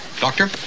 Doctor